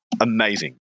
Amazing